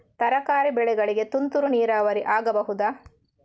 ತರಕಾರಿ ಬೆಳೆಗಳಿಗೆ ತುಂತುರು ನೀರಾವರಿ ಆಗಬಹುದಾ?